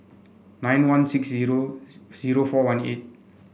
nine one six zero zero four one eight